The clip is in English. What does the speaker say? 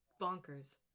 bonkers